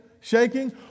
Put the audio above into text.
shaking